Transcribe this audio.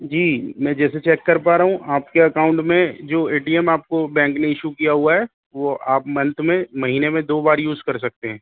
جی میں جیسے چیک کر پا رہا ہوں آپ کے اکاؤنت میں جو اے ٹی ایم آپ کو بینک نےایشو کیا ہوا ہے وہ آپ منتھ میں مہینے میں دو بار یوز کر سکتے ہیں